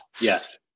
yes